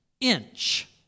inch